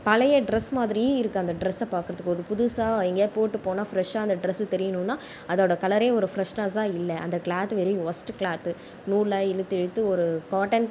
பழைய ட்ரெஸ் மாதிரி இருக்கு அந்த டிரஸ்ஸை பார்க்குறதுக்கு ஒரு புதுசாக எங்கேயாவது போட்டுப்போனால் ஃப்ரஷாக அந்த ட்ரெஸ் தெரியனுனா அதோட கலரே ஒரு ப்ரஷ்னஸாக இல்லை அந்த கிளாத் வெரி ஒஸ்ட் கிளாத் நூல்லாம் இழுத்து இழுத்து ஒரு காட்டன்